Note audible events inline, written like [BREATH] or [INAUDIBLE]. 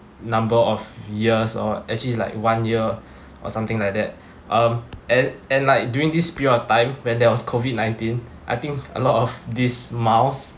number of years or actually like one year [BREATH] or something like that [BREATH] um and and like during this period of time when there was COVID ninteen I think a lot of these miles